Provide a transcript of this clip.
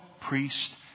priest